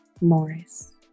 Morris